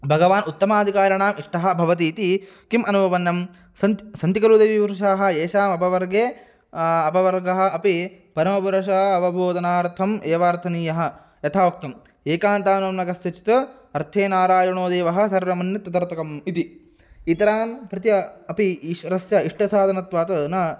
भगवान् उत्तमादिकारिणा इष्टः भवतीति किम् अनुपपन्नं सन्त् सन्ति खलु दैवीवर्षाः येषामपवर्गे अपवर्गः अपि परमपुरुषः अवबोधनार्थम् एवार्थनीयः यथा उक्तम् एकान्तान्नोन कस्यचित् अर्थे नारायणो देवः सर्वमन्य तदर्थकम् इति इतरां प्रति अपि ईश्वरस्य इष्टसाधनत्वात् न